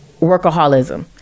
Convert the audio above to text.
workaholism